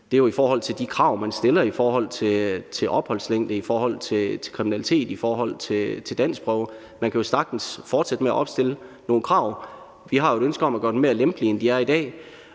Det er jo i forhold til de krav, man stiller i forhold til opholdslængde, i forhold til kriminalitet, i forhold til danskprøve. Man kan jo sagtens fortsætte med at opstille nogle krav. Vi har et ønske om at gøre dem mere lempelige, end de er i dag.